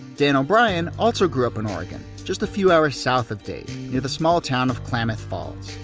dan o'brien also grew up in oregon, just a few hours south of dave, near the small town of klamath falls.